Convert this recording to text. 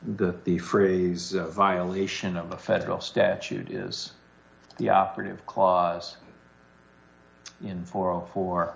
the the phrase violation of the federal statute is the operative clause in forty four